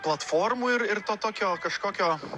platformų ir ir to tokio kažkokio